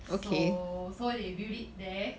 so so they built it there